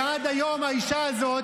ועד היום האישה הזאת,